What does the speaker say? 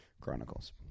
Chronicles